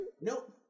nope